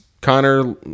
Connor